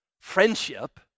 friendship